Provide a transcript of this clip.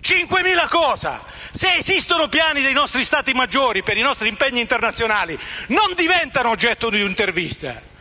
5.000 cosa? Se esistono piani dei nostri Stati Maggiori per i nostri impegni internazionali, non devono diventare oggetto di interviste.